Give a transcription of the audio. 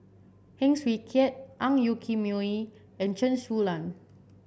Heng Swee Keat Ang Yoke Mooi and Chen Su Lan